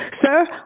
Sir